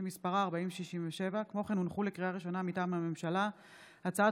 פ/4038/24 וכלה בהצעת חוק פ/4067/24: הצעת